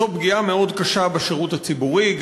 זו פגיעה מאוד קשה בשירות הציבורי,